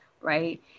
right